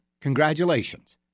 Congratulations